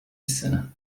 السنة